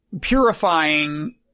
purifying